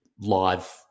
live